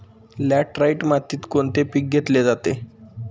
Laterite मातीत कोणते पीक घेतले जाते?